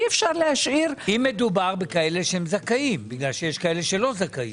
אם מדובר על זכאים, כי יש כאלה שלא זכאים.